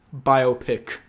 biopic